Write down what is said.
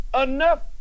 enough